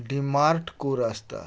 ଡିମାର୍ଟକୁ ରାସ୍ତା